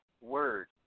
word